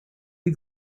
you